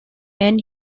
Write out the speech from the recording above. and